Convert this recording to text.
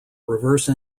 reverse